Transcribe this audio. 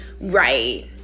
right